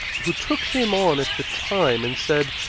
who took him on at the time and said,